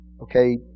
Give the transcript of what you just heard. okay